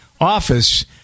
office